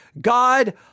God